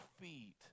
feet